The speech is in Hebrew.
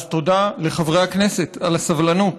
אז תודה לחברי הכנסת על הסבלנות